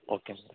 okay